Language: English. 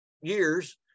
years